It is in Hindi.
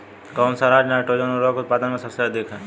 कौन सा राज नाइट्रोजन उर्वरक उत्पादन में सबसे अधिक है?